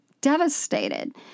devastated